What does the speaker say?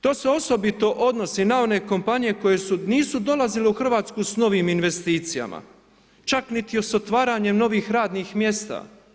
To se osobito odnosi na one kompanije, koje nisu dolazile u Hrvatsku s novim investicijama, čak niti s otvaranjem novih radnih mjesta.